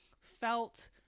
felt